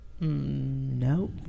No